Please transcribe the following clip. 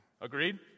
Agreed